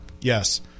Yes